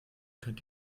könnt